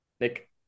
Nick